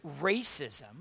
racism